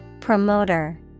Promoter